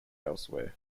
elsewhere